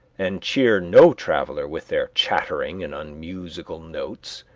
and cheer no traveller with their chattering and unmusical notes.